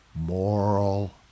moral